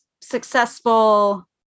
successful